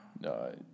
no